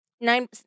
nine